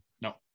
No